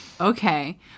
okay